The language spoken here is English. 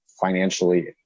financially